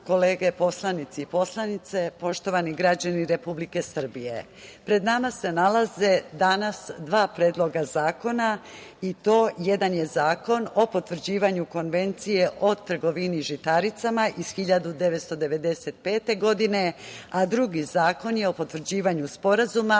kolege poslanici i poslanice, poštovani građani Republike Srbije. Pred nama se nalaze danas dva predloga zakona, i to jedan je Zakon o potvrđivanju Konvencije o trgovini žitaricama iz 1995. godine, a drugi zakon je o potvrđivanju Sporazuma